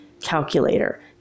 calculator